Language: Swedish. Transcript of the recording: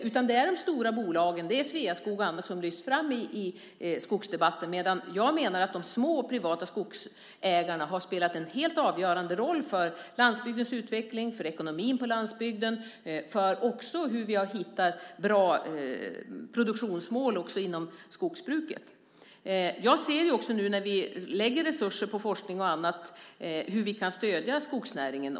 Det är i stället de stora bolagen, Sveaskog och andra, som lyfts fram i skogsdebatten, medan jag menar att de små privata skogsägarna har spelat en helt avgörande roll för landsbygdens utveckling, för ekonomin på landsbygden och också för hur vi har hittat bra produktionsmål även inom skogsbruket. Jag ser ju också nu, när vi lägger resurser på forskning och annat, hur vi kan stödja skogsnäringen.